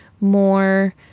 more